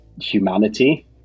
humanity